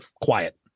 quiet